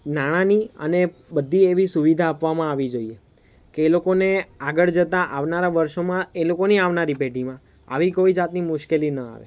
નાણાંની અને બધી એવી સુવિધા આપવામાં આવી જોઈએ કે એ લોકોને આગળ જતાં આવનારા વરસોમાં એ લોકોની આવનારી પેઢીમાં આવી કોઈ જાતની મુશ્કેલી ન આવે